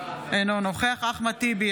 אינו נוכח אחמד טיבי,